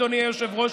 אדוני היושב-ראש,